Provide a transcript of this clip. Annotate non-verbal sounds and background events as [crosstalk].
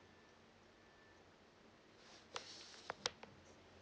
[breath]